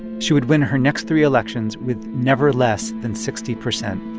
she would win her next three elections with never less than sixty percent